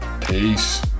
Peace